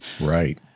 Right